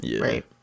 right